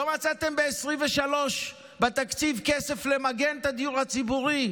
לא מצאתם בתקציב 2023 כסף למגן את הדיור הציבורי.